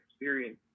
experience